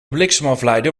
bliksemafleider